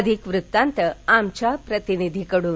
अधिक वृत्तांत आमच्या प्रतिनिधीकडुन